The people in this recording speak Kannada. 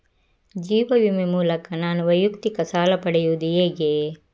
ಜೀವ ವಿಮೆ ಮೂಲಕ ನಾನು ವೈಯಕ್ತಿಕ ಸಾಲ ಪಡೆಯುದು ಹೇಗೆ?